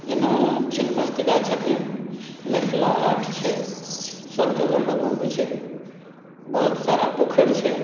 जेना छीनमस्तिका छथिन मिथिला हाट छै सब जगह लोक घुमय छै बहुत सारा पोखरि छै